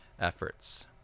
efforts